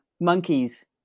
monkeys